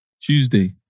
Tuesday